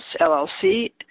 LLC